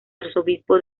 arzobispo